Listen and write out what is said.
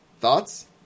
Thoughts